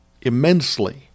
immensely